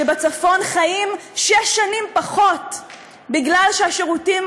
שבצפון חיים שש שנים פחות בגלל ששירותי